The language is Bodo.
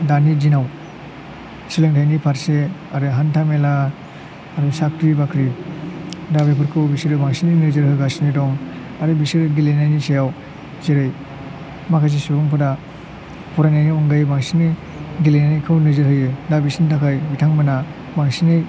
दानि दिनआव सोलोंथायनि फारसे आरो हान्था मेला आरो साख्रि बाख्रि दा बेफोरखौ बिसोरो बांसिनै नोजोर होगासिनो दं आरो बिसोरो गेलेनायनि सायाव जेरै माखासे सुबुंफोरा फरायनायनि अनगायै बांसिनै गेलेनायखौ नोजोर होयो दा बिसिनि थाखाय बिथांमोनहा बांसिनै